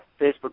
Facebook